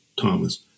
Thomas